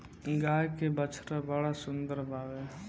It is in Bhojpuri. गाय के बछड़ा बड़ा सुंदर बावे